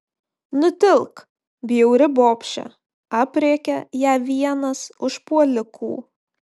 nutilk bjauri bobše aprėkia ją vienas užpuolikų